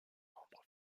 nombre